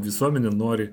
visuomenė nori